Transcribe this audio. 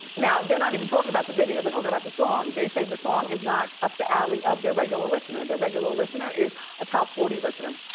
they're not even talking about the video, they're talking about the song. they say the song is not up the alley of their regular listener, their regular listener is a top forty listener,